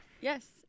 Yes